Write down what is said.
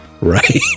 right